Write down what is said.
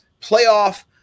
playoff